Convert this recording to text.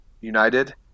United